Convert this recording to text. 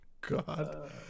god